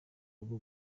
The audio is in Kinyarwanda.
rugo